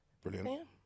Brilliant